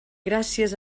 gràcies